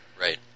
Right